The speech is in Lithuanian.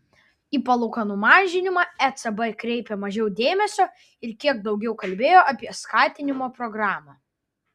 į palūkanų mažinimą ecb kreipė mažiau dėmesio ir kiek daugiau kalbėjo apie skatinimo programą